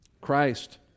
Christ